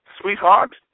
sweetheart